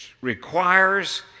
requires